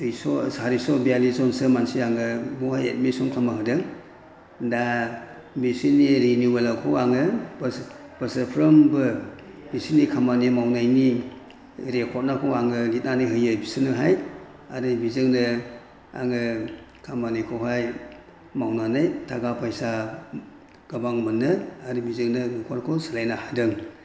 दुइस' सारिस' बियालिस जनसो मानसि आङो बेवहाय एडमिसन खालामनानै होदों दा बिसोरनि रिनिवेलखौ आङो बोसोरफ्रोमबो बिसोरनि खामानि मावनायनि रेक'र्डखौ आङो लिरनानै होयो बिसोरनोहाय आरो बिजोंनो आङो खामानिखौहाय मावनानै थाखा फैसा गोबां मोनो आरो बिजोंनो न'खरखौ सालायनो हादों